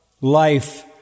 life